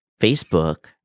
Facebook